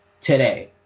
today